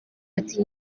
ati